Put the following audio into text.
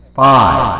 five